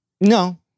No